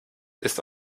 ist